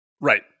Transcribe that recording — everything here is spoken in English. right